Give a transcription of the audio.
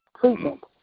treatment